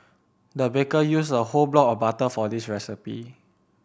the baker used a whole block of butter for this recipe